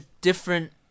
different